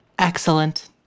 Excellent